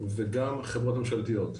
וגם חברות ממשלתיות.